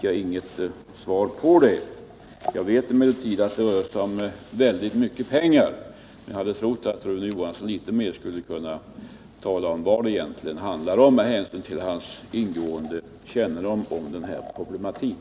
Jag vet emellertid att det rör sig om väldigt mycket pengar, men trodde att Rune Johansson skulle kunna tala om vilka summor det egentligen handlar om, med hänsyn till hans ingående kännedom om denna problematik.